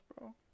bro